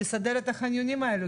לסדר את החניונים האלו,